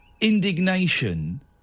indignation